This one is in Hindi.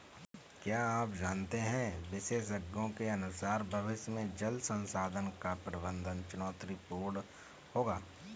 क्या आप जानते है विशेषज्ञों के अनुसार भविष्य में जल संसाधन का प्रबंधन चुनौतीपूर्ण होगा